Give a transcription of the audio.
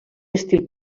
estil